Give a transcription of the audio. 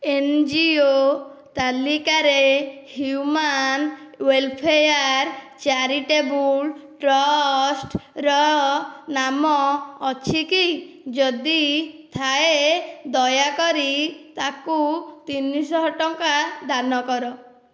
NGO ତାଲିକାରେ human welfare charitable trust ର ନାମ ଅଛି କି ଯଦି ଥାଏ ଦୟାକରି ତାକୁ ତିନିଶହ ଟଙ୍କା ଦାନ କର